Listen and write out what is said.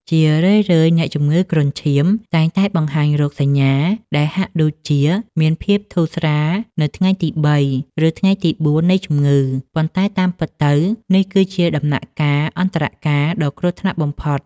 ជារឿយៗ អ្នកជំងឺគ្រុនឈាមតែងតែបង្ហាញរោគសញ្ញាដែលហាក់ដូចជាមានភាពធូរស្រាលនៅថ្ងៃទីបី ឬទីបួននៃជំងឺ ប៉ុន្តែតាមពិតទៅ នេះគឺជាដំណាក់កាល អន្តរកាល ដ៏គ្រោះថ្នាក់បំផុត។